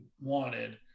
wanted